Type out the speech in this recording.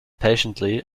patiently